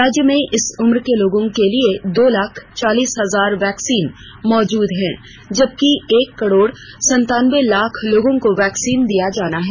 राज्य में इस उम्र के लोगों के लिए दो लाख चालीस हजार वैक्सीन मौजूद है जबकि एक करोड़ संतानबे लाख लोगों को वैक्सीन दिया जाना है